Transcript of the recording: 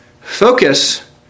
Focus